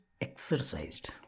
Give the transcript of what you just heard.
exercised